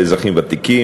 המשרד לאזרחים ותיקים,